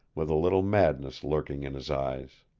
with a little madness lurking in his eyes.